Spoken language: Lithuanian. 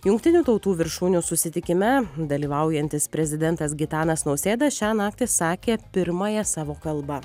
jungtinių tautų viršūnių susitikime dalyvaujantis prezidentas gitanas nausėda šią naktį sakė pirmąją savo kalbą